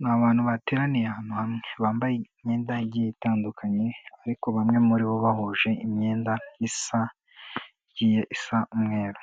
Ni abantu bateraniye ahantu hamwe bambaye imyenda igiye itandukanye ariko bamwe muri bo bahuje imyenda isa, igiye isa umweru,